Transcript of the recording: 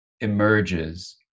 emerges